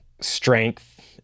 strength